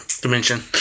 dimension